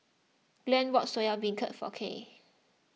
Glen bought Soya Beancurd for Kyleigh